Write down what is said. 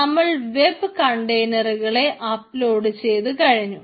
നമ്മൾ വെബ് കണ്ടെന്റുകളെ അപ്ലോഡ് ചെയ്തു കഴിഞ്ഞു